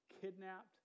kidnapped